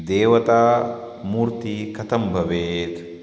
देवतामूर्तिः कथं भवेत्